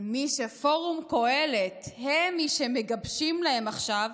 אבל מי שפורום קהלת הוא שמגבש להם עכשיו